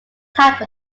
type